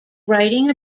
writing